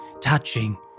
touching